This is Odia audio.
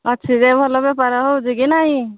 ଅଛି ଯେ ଭଲ ବେପାର ହେଉଛି କି ନାଇଁ